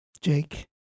Jake